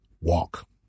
walk